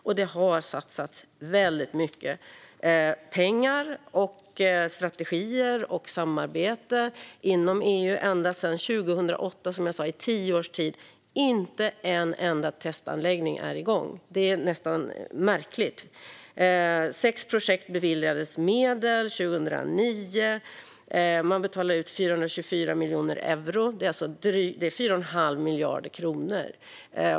Och det har satsats mycket pengar, strategier och samarbete inom EU ända sedan 2008, i tio års tid, men som jag sa är inte en enda testanläggning igång. Det är märkligt. Sex projekt beviljades medel 2009, och 424 miljoner euro, 4 1⁄2 miljard kronor, betalades ut.